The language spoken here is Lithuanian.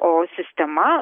o sistema